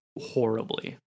horribly